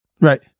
right